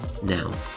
now